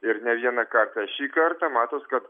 ir ne vieną kartą šį kartą matos kad